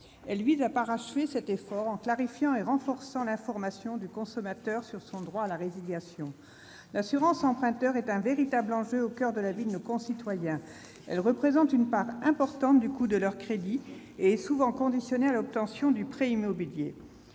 Elle vise à parachever cet effort, en clarifiant et en renforçant l'information du consommateur sur son droit à la résiliation. L'assurance emprunteur est un véritable enjeu, au coeur de la vie de nos concitoyens. Elle représente une part importante du coût de leur crédit, souvent conditionnée à l'obtention du prêt immobilier.